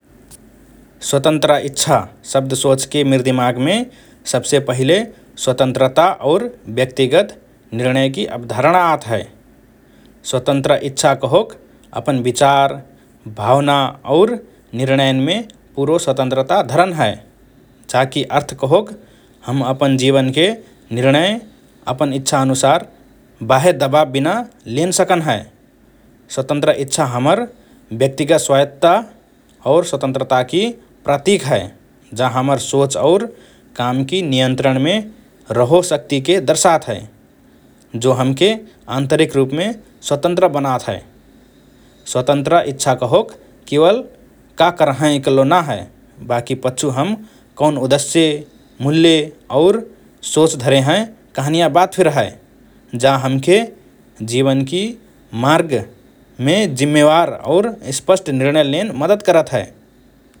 “स्वतन्त्र इच्छा” शब्द सोचके मिर दिमागमे सबसे पहिले स्वतन्त्रता और व्यक्तिगत निर्णयकि अवधारणा आत हए । स्वतन्त्र इच्छा कहोक अपन विचार, भावना और निर्णयन्मे पूरो स्वतन्त्रता धरन हए । जाकि अर्थ कहोक हम अपन जीवनके निर्णय अपन इच्छा अनुसार बाह्य दबाव बिना लेन सकन हए । स्वतन्त्र इच्छा हमर व्यक्तिगत स्वायत्तता और स्वतन्त्रताकि प्रतीक हए । जा हमर सोच और कामकि नियन्त्रणमे रहो शक्तिके दर्शात हए, जो हमके आन्तरिक रुपमे स्वतन्त्र बनात हए । स्वतन्त्र इच्छा कहोक केवल क करहएँ इकल्लो ना हए, बाकि पच्छु हम कौन उद्देश्य, मूल्य और सोच धरे हएँ कहनिया बात फिर हए । जा हमके जीवनकि मार्ग मे जिम्मेवार और स्पष्ट निर्णय लेन मद्दत करत हए ।